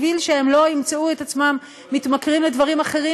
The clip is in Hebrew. בשביל שהם לא ימצאו את עצמם מתמכרים לדברים אחרים,